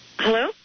Hello